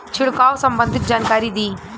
छिड़काव संबंधित जानकारी दी?